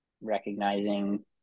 recognizing